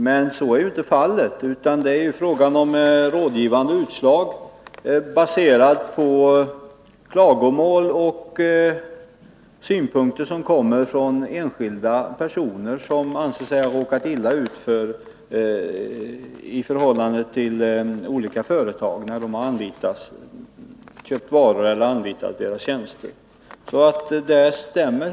Men så är ju inte fallet, utan det är fråga om rådgivande utslag, baserade på klagomål och synpunkter från enskilda personer som anser sig ha råkat illa uti förhållande till olika företag, när de har köpt varor eller anlitat företagens tjänster.